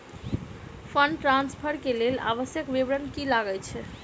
Fund transfer केँ लेल आवश्यक विवरण की की लागै छै?